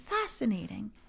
fascinating